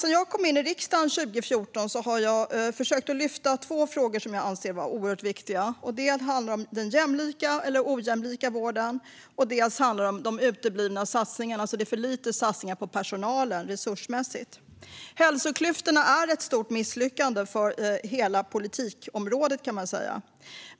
Sedan jag kom in i riksdagen 2014 har jag försökt lyfta fram två frågor som jag anser vara oerhört viktiga. Det handlar dels om den jämlika eller ojämlika vården, dels om de uteblivna satsningarna. Det är för lite satsningar på personalen resursmässigt. Hälsoklyftorna är ett stort misslyckande för hela politikområdet, kan man säga.